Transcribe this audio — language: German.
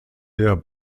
der